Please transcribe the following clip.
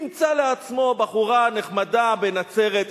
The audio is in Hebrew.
ימצא לעצמו בחורה נחמדה בנצרת,